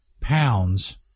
pounds